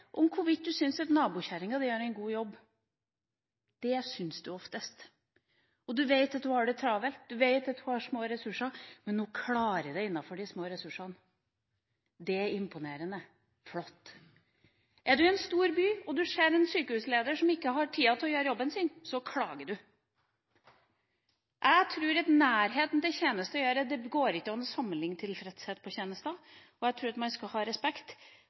jobb. Det syns man oftest. Man vet at hun har det travelt, at det er små ressurser – men hun klarer det innenfor de små ressursene. Det er imponerende og flott. Er man i en stor by og ser en sykehusleder som ikke har tid til å gjøre jobben sin, klager man. Jeg tror at nærheten til tjenester gjør at det ikke går an å sammenligne tilfredshet med tjenester. Jeg tror man skal ha respekt